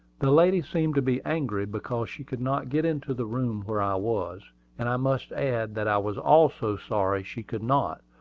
the lady seemed to be angry because she could not get into the room where i was and i must add that i was also sorry she could not,